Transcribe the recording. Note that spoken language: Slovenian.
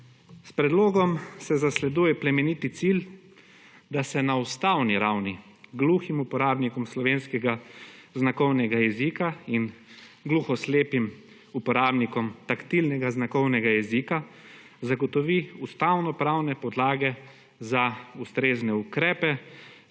S predlogom se zasleduje plemeniti cilj, da se na ustavni ravni gluhim uporabnikom slovenskega znakovnega jezika in gluhoslepim uporabnikom taktilnega znakovnega jezika, zagotovi ustavnopravne podlage za ustrezne ukrepe,